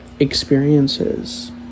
Experiences